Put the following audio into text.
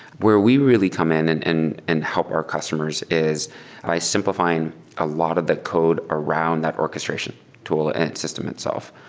where we really come in and and and help our customers is by simplifying a lot of the code around that orchestration tool and system itself.